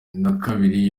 nakabiri